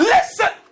Listen